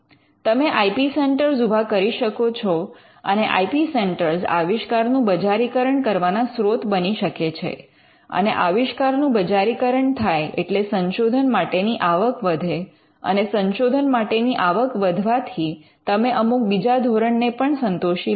તમે I P centre ઉભા કરી શકો છો અને આઇ પી સેન્ટર આવિષ્કારનું બજારીકરણ કરવાના સ્રોત બની શકે છે અને આવિષ્કારનું બજારીકરણ થાય એટલે સંશોધન માટેની આવક વધે અને સંશોધન માટેની આવક વધવાથી તમે અમુક બીજા ધોરણનો ને પણ સંતોષી લો